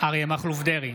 אריה מכלוף דרעי,